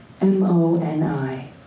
M-O-N-I